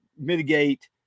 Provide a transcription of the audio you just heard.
mitigate